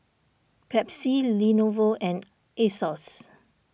Pepsi Lenovo and Asos